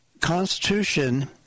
Constitution